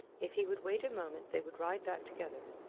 if he would wait a moment they would ride back together.